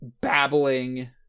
babbling